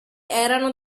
erano